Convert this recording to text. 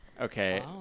okay